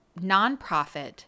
nonprofit